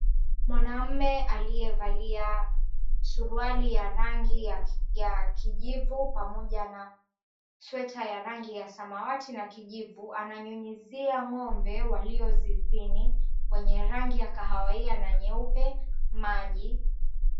Mwanaume aliyevalia suruali ya rangi ya kijivu pamoja na sweta ya rangi ya samawati na kijivu ananyunyuzia ng'ombe walio zizini wenye rangi ya kahawia na nyeupe maji.